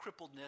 crippledness